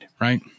Right